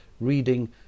reading